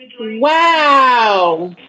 Wow